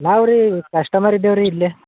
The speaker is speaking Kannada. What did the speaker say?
ನಾವು ರೀ ಕಸ್ಟಮರ್ ಇದ್ದೀವಿ ರೀ ಇಲ್ಲೇ